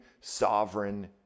sovereign